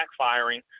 backfiring